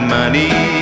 money